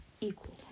equal